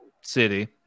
City